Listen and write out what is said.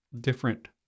different